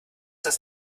das